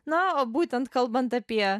na o būtent kalbant apie